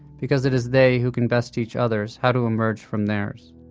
because it is they who can best teach others how to emerge from theirs